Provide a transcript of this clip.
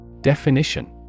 Definition